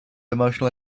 emotional